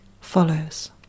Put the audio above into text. Follows